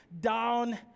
down